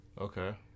Okay